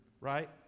right